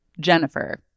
Jennifer